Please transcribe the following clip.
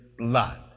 Blood